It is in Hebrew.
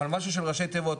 או משהו של ראשי תיבות,